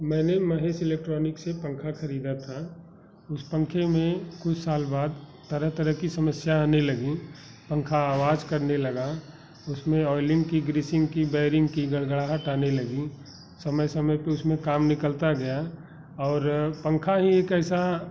मैंने महेश इलेक्ट्रानिक्स से पंखा खरीद था उस पंखे में कुछ साल बाद तरह तरह की समस्या आने लगी पंखा आवाज करने लगा उसमे ऑइलिंग की ग्रीसिंग की बैरिंग की गरगराहट आने लगी समय समय पे उसमें काम निकलता गया और पंखा ही एक ऐसा